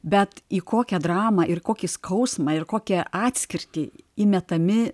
bet į kokią dramą ir kokį skausmą ir kokią atskirtį įmetami